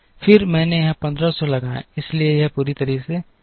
फिर मैंने यहां 1500 लगाए इसलिए यह पूरी तरह से मिल रहा है